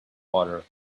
water